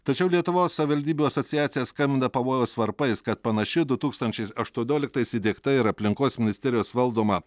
tačiau lietuvos savivaldybių asociacija skambina pavojaus varpais kad panaši du tūkstančiais aštuonioliktais įdiegta ir aplinkos ministerijos valdoma